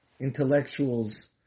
intellectuals